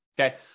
Okay